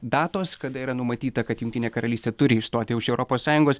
datos kada yra numatyta kad jungtinė karalystė turi išstoti iš europos sąjungos